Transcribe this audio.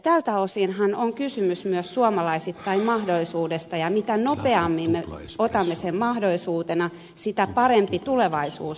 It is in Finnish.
tältä osinhan on kysymys myös suomalaisittain mahdollisuudesta ja mitä nopeammin me otamme sen mahdollisuutena sitä parempi tulevaisuus meillä myös on